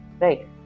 right